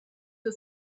who